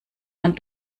man